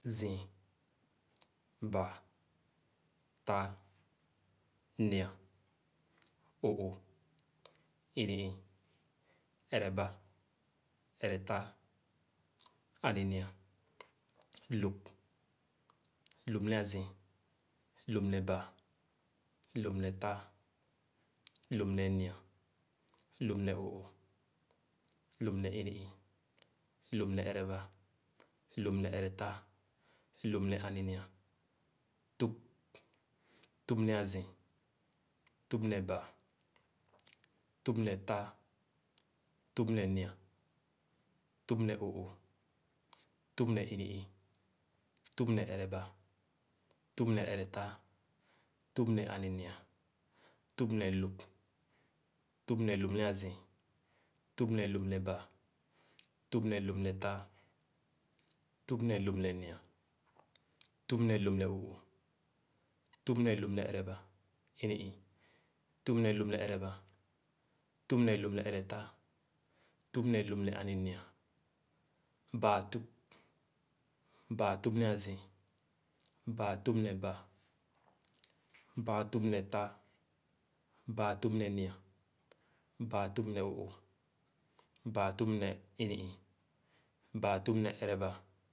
Zii, baa, taa, nyi-a, o'ooh, ini-ii, erabà, eretaa, aninya, lõp, lõp ne azii, lõp ne baa, lõp ne taa, lõp ne nyi-a, lõp ne o'ooh, lõp ne ini-ii, lõp ne erabà, lõp ne eretaa, lõp ne aninya, tüp, tüp ne azii, tüp ne baa, tüp ne taa, tüp ne nyi-a, tüp ne o'ooh, tüp ne ini-ii, tüp ne erabà, tüp ne eretaa, tüp ne aninya, tüp ne lõp, tüp ne lõp ne azii, tüp ne lõp ne baa, tüp ne lõp ne taa, tüp ne lõp ne nyi-a, tüp ne lõp ne o'ooh, tüp ne lõp ne eraba ini-ii, tüp ne lõp ne ereba, tüp ne lõp ne eretaa, tüp ne lõp ne aninya, baa tüp. Baa tüp ne azii, baa tüp ne baa, baa tüp ne taa, baa tüp ne nyi-a, baa tüp ne o'ooh, baa tüp ne ini-ii, baa tüp ne ereba.